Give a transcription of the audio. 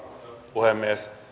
puhemies